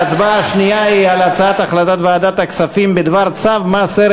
ההצבעה השנייה היא על החלטת ועדת הכספים בדבר צו מס ערך